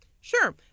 Sure